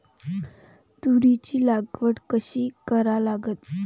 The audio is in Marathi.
तुरीची लागवड कशी करा लागन?